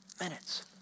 minutes